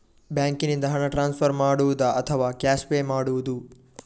ಬ್ಯಾಂಕಿನಿಂದ ಹಣ ಟ್ರಾನ್ಸ್ಫರ್ ಮಾಡುವುದ ಅಥವಾ ಕ್ಯಾಶ್ ಪೇ ಮಾಡುವುದು?